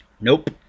Nope